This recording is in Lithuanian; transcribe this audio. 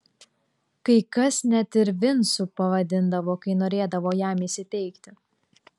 kai kas net ir vincu pavadindavo kai norėdavo jam įsiteikti